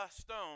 stone